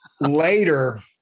later